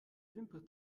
wimper